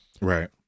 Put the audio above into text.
Right